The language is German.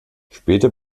später